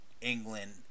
England